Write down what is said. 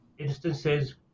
instances